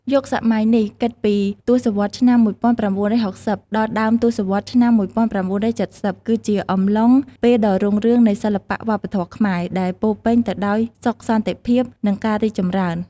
យុគសម័យនេះ គិតពី ទសវត្សរ៍ឆ្នាំ១៩៦០ ដល់ដើមទសវត្សរ៍ឆ្នាំ១៩៧០ គឺជាអំឡុងពេលដ៏រុងរឿងនៃសិល្បៈវប្បធម៌ខ្មែរ ដែលពោរពេញទៅដោយសុខសន្តិភាព និងការរីកចម្រើន។